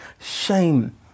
shame